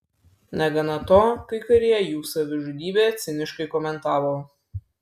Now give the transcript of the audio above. negana to kai kurie jų savižudybę ciniškai komentavo